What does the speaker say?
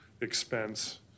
expense